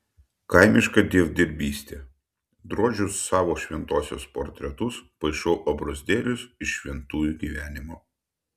kaimiška dievdirbystė drožiu savo šventosios portretus paišau abrozdėlius iš šventųjų gyvenimo